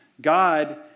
God